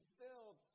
filled